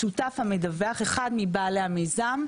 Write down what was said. השותף המדווח, אחד מבעלי המיזם,